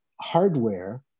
hardware –